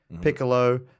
Piccolo